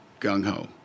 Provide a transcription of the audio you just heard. gung-ho